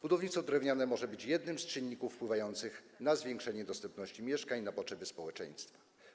Budownictwo drewniane może być jednym z czynników wpływających na zwiększenie dostępności mieszkań na potrzeby społeczeństwa.